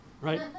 right